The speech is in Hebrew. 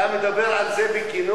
אתה מדבר על זה בכנות?